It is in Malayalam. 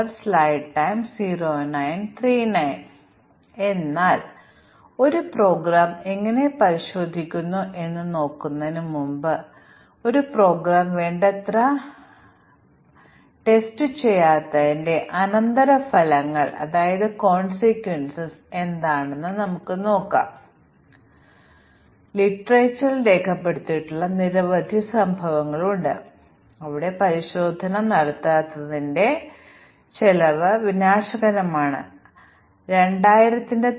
അടിസ്ഥാനപരമായി ഞങ്ങൾ രൂപകൽപ്പന ചെയ്ത ഇനീഷ്യൽ ടെസ്റ്റ് കേസുകൾ വിവിധ വിഭാഗങ്ങളുടെ ഫോൾട്ട്കൾക്ക് നല്ലതാണോ എന്ന് പരിശോധിച്ചുകൊണ്ട് ഞങ്ങൾ അവയെ ശക്തിപ്പെടുത്തുന്നു അതിനാൽ കവറേജ് ബേസ്ഡ് ടെസ്റ്റ് ടെക്നിക്കുകളേക്കാൾ മ്യൂട്ടേഷൻ ടെസ്റ്റിങ് കേസുകൾ ശക്തിപ്പെടുത്താനും പ്രോഗ്രാമുകളുടെ ഉയർന്ന വിശ്വാസ്യത ഉറപ്പാക്കാനും സഹായിക്കുന്നു